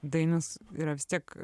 dainius yra vis tiek